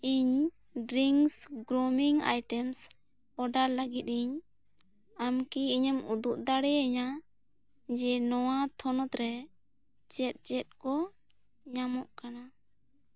ᱤᱧ drinks grooming items order ᱞᱟᱹᱜᱤᱫ ᱤᱧ ᱟᱢ ᱠᱤ ᱤᱧᱮᱢ ᱩᱫᱩᱜ ᱫᱟᱲᱮᱭᱟᱹᱧᱟᱹ ᱡᱮ ᱱᱚᱶᱟ ᱛᱷᱚᱱᱚᱛ ᱨᱮ ᱪᱮᱫ ᱪᱮᱫ ᱠᱚ ᱧᱟᱢᱚᱜ ᱠᱟᱱᱟ